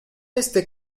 este